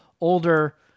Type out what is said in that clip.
older